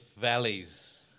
valleys